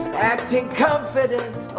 acting confident